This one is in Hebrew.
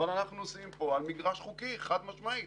אבל אנחנו נוסעים פה על מגרש חוקי, חד משמעית.